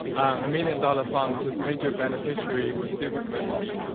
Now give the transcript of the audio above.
a million dollar fund whose major beneficiary was duke university.